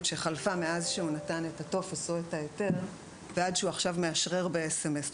שחלפה מאז שהוא נתן את הטופס או את ההיתר ועד שהוא מאשרר עכשיו במסרון.